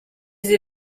sie